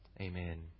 amen